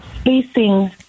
spacing